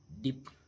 deep